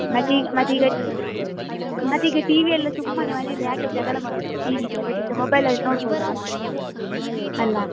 ಮತ್ತು ಈಗ ಮತ್ತು ಈಗ ಮತ್ತು ಈಗ ಟಿ ವಿಯೆಲ್ಲ ಸುಮ್ಮನೆ ಮನೆಯಲ್ಲಿ ಯಾಕೆ ಜಗಳ ಮಾಡೋದಲ್ಲ ಟಿ ವಿಗೆ ಅದಕ್ಕಿಂತ ಮೊಬೈಲಲ್ಲಿ ನೋಡ್ಬೌದಲ್ಲ ಅಲ್ವಾ